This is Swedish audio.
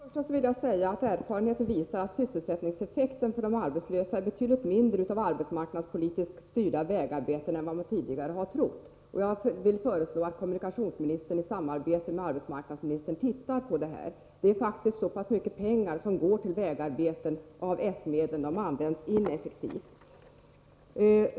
Fru talman! Först och främst vill jag säga att erfarenheten visar att sysselsättningseffekten är betydligt mindre av arbetsmarknadspolitiskt styrda vägarbeten än vad man tidigare har trott. Jag föreslår att kommunikationsministern i samarbete med arbetsmarknadsministern ser över detta. Det är faktiskt mycket pengar av S-medlen som går till vägarbeten, och de används ineffektivt.